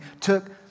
took